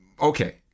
Okay